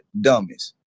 dummies